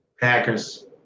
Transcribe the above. Packers